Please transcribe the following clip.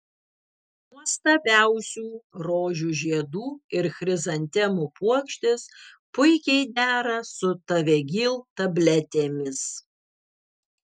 nuostabiausių rožių žiedų ir chrizantemų puokštės puikiai dera su tavegyl tabletėmis